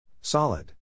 Solid